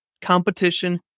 competition